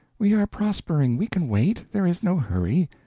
we are prospering we can wait there is no hurry.